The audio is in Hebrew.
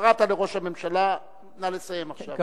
קראת לראש הממשלה, נא לסיים עכשיו.